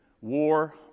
war